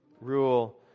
rule